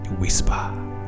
whisper